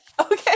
okay